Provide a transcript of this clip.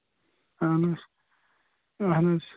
اَہَن حظ اَہَن حظ